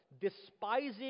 despising